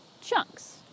chunks